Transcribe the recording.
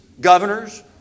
governors